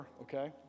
okay